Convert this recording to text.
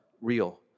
real